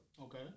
Okay